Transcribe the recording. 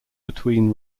between